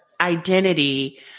identity